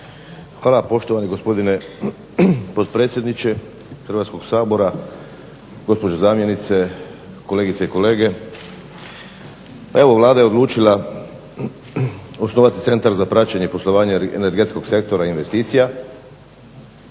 Hvala, poštovani gospodine potpredsjedniče Hrvatskoga sabora. Gospođo zamjenice, kolegice i kolege. Evo Vlada je odlučila osnovati Centar za praćenje poslovanje energetskog sektora i investicija